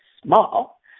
small